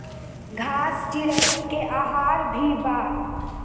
घास चिरईन के आहार भी बा